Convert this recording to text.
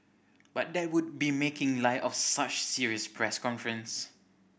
but that would be making light of such serious press conference